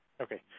Okay